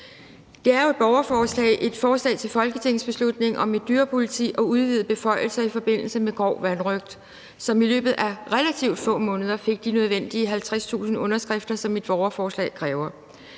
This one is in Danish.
Det er jo et borgerforslag, et forslag til folketingsbeslutning om et dyrepoliti og udvidede beføjelser i forbindelse med grov vanrøgt, som i løbet af relativt få måneder fik de nødvendige 50.000 underskrifter, som et borgerforslag kræver